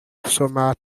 somatic